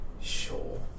Sure